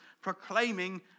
proclaiming